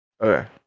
Okay